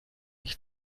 ich